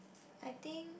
I think